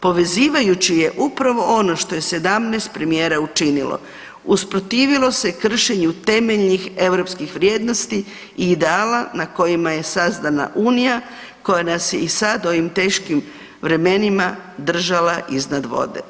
Povezivajuće je upravo ono što je 17 premijera učinilo, usprotivilo se kršenju temeljnih europskih vrijednosti i ideala na kojima je sazdana Unija koja nas je i sad u ovim teškim vremenima držala iznad vode.